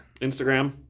Instagram